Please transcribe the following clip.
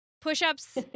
Push-ups